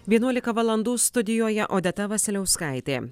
vienuolika valandų studijoje odeta vasiliauskaitė